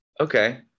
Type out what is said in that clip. okay